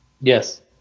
Yes